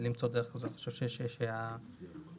אני חושב שההתנהלות